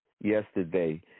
yesterday